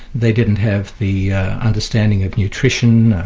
they didn't have the understanding of nutrition,